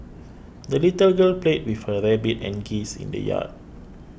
the little girl played with her rabbit and geese in the yard